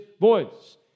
voice